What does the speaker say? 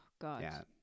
God